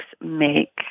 make